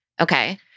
Okay